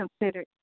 considered